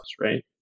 right